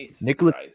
Nicholas